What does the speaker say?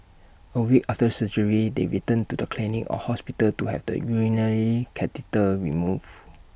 A week after surgery they return to the clinic or hospital to have the urinary catheter removed